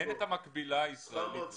אין את המקבילה הישראלית.